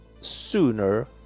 sooner